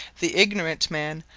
the ignorant man,